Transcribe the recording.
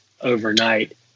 overnight